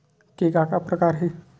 के का का प्रकार हे?